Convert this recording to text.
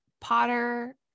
Potter